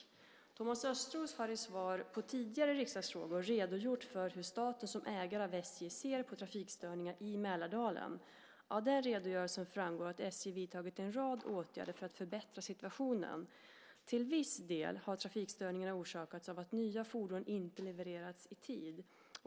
Thomas Östros har i svar på tidigare riksdagsfrågor redogjort för hur staten som ägare av SJ ser på trafikstörningarna i Mälardalen. Av den redogörelsen framgår att SJ vidtagit en rad åtgärder för att förbättra situationen. Till viss del har trafikstörningarna orsakats av att nya fordon inte levererats i tid.